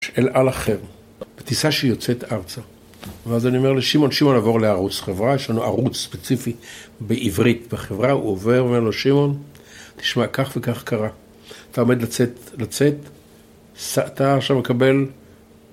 שאלה אחרת, בטיסה שיוצאת ארצה ואז אני אומר לשמעון, שימון עבור לערוץ חברה, יש לנו ערוץ ספציפי בעברית בחברה הוא עובר, אומר לו שמעוןן תשמע כך וכך קרה אתה עומד לצאת, אתה עכשיו מקבל